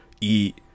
eat